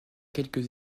quelques